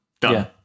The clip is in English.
Done